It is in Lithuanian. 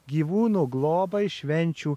gyvūnų globai švenčių